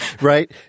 right